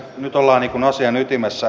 nyt ollaan asian ytimessä